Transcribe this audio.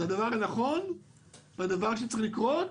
זה הדבר הנכון והדבר שצריך לקרות.